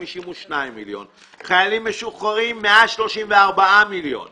חיילים משוחררים 134 מיליון שקלים.